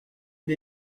une